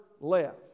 left